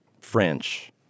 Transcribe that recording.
French